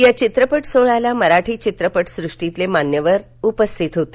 या चित्रपट सोहळ्याला मराठी चित्रपटसृष्टीतील मान्यवर मंडळी उपस्थित होती